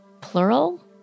plural